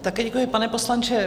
Také děkuji, pane poslanče.